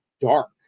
dark